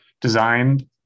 designed